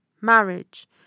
marriage